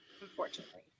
unfortunately